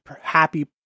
happy